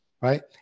right